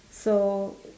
so